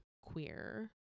queer